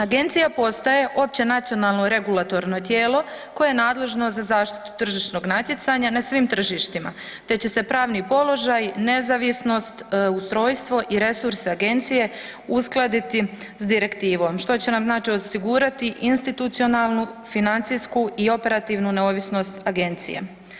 Agencija postaje općenacionalno regulatorno tijelo koje je nadležno za zaštitu tržišnog natjecanja na svim tržištima te će se pravni položaj, nezavisnost, ustrojstvo i resurs agencije uskladiti s direktivom što će nam znači osigurati institucionalnu, financijsku i operativnu neovisnost Agencije.